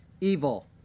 evil